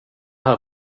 här